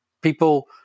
people